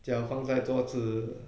脚放在桌子